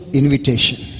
invitation